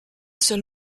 seul